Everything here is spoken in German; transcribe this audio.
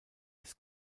des